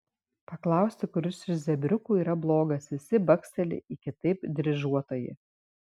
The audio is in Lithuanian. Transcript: paklausti kuris iš zebriukų yra blogas visi baksteli į kitaip dryžuotąjį